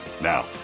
Now